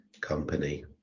company